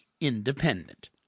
independent